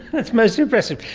that's most impressive.